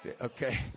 Okay